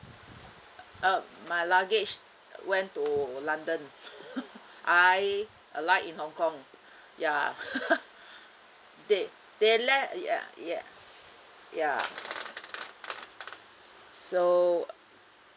uh my luggage went to london I alight in hong kong ya they they let ya ya ya so